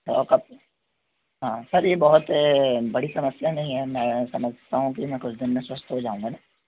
और कब हाँ सर यह बहुत बड़ी समस्या नहीं है मैं समझता हूँ कि मैं कुछ दिन में स्वस्थ हो जाऊँगा ना